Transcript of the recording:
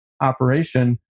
operation